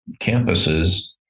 campuses